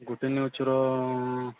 ଗୋଟେ ନ୍ୟୁଜ୍ର